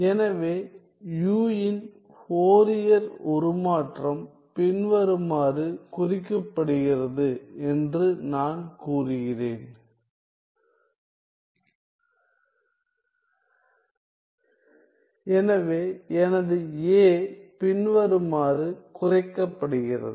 எனவே u இன் Fourier உருமாற்றம் பின்வருமாறு குறிக்கப்படுகிறது என்று நான் கூறுகிறேன் எனவே எனது A பின்வருமாறு குறைக்கப்படுகிறது